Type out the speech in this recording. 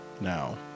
now